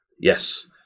yes